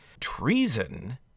Treason